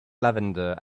lavender